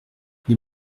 les